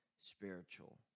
spiritual